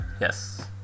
yes